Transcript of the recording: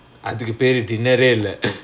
அதுக்கு பெரு:athuku peru dinner ரே இல்ல:re illa